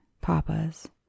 Papa's